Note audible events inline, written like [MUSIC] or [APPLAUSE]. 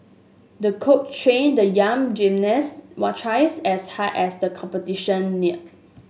the coach trained the young gymnast [UNINTELLIGIBLE] twice as hard as the competition neared